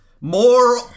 More